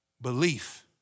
belief